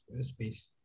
space